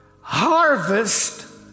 harvest